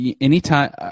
anytime